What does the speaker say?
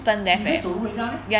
你可以走路回家 meh